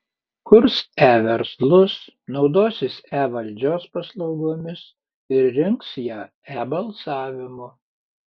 kurs e verslus naudosis e valdžios paslaugomis ir rinks ją e balsavimu